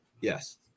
yes